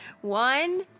one